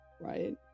right